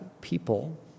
people